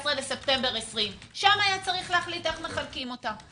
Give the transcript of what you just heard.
לספטמבר 20. שם היה צריך להחליט איך מחלקים אותה,